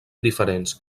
diferents